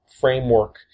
framework